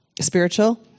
spiritual